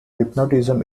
hypnotism